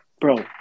Bro